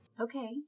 Okay